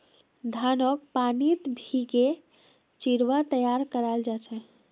धानक पानीत भिगे चिवड़ा तैयार कराल जा छे